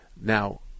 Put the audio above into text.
Now